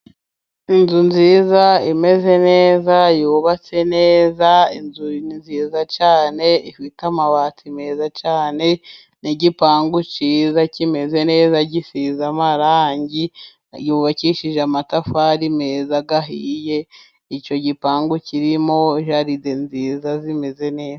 Inzu nziza imeze neza yubatse neza inzu ni nziza cyane ifite amabati meza cyane nigipangu cyiza kimeze neza gisize amarangi yubakishije amatafari meza ahiye icyo gipangu kirimo jaride nziza zimeze neza.